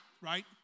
Right